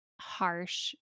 harsh